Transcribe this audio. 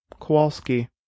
Kowalski